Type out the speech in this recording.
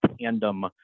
tandem